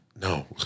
No